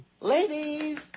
Ladies